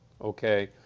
Okay